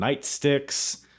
nightsticks